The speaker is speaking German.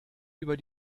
über